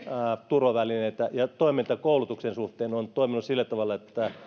turvavälineitä ja toiminta koulutuksen suhteen on toiminut sillä tavalla että